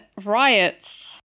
riots